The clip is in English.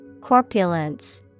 Corpulence